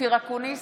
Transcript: אופיר אקוניס,